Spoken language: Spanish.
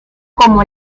como